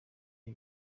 ibi